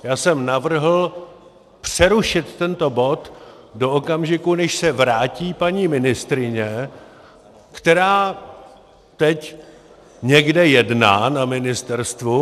Já jsem navrhl přerušit tento bod do okamžiku, než se vrátí paní ministryně, která teď někde jedná na ministerstvu.